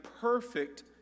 perfect